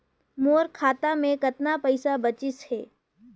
मोर खाता मे कतना पइसा बाचिस हे?